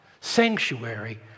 sanctuary